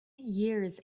years